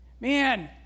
Man